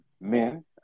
men